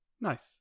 Nice